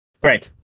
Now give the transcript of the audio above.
Great